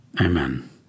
Amen